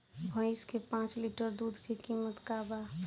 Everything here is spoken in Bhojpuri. भईस के पांच लीटर दुध के कीमत का बा?